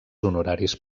honoraris